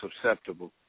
susceptible